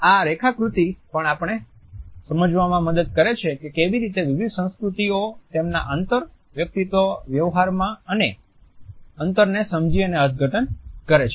આ રેખાકૃતી પણ આપણને સમજવામાં મદદ કરે છે કે કેવી રીતે વિવિધ સંસ્કૃતિઓ તેમના આંતર વ્યક્તિગત વ્યવહારમાં અંતરને સમજી અને અર્થઘટન કરે છે